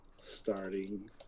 starting